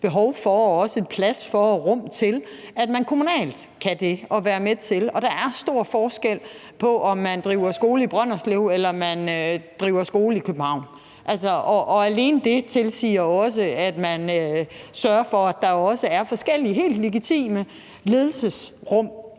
behov for og også plads og rum til, at man kommunalt kan være med til det. Og der er stor forskel på, om man driver skole i Brønderslev, eller om man driver skole i København, og alene det tilsiger også, at man sørger for, at der også er forskellige, helt legitime ledelsesrum